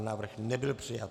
Návrh nebyl přijat.